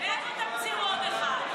איפה תמציאו עוד אחד?